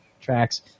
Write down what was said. tracks